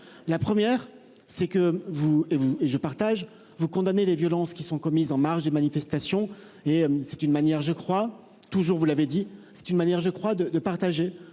la première c'est que vous vous et je partage vous condamner les violences qui sont commises en marge des manifestations et c'est une manière je crois toujours, vous l'avez dit, c'est une manière je crois de, de partager